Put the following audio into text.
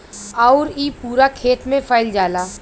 आउर इ पूरा खेत मे फैल जाला